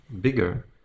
bigger